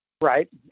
right